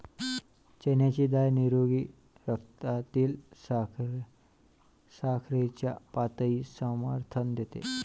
चण्याची डाळ निरोगी रक्तातील साखरेच्या पातळीस समर्थन देते